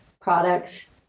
products